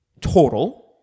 total